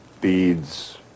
beads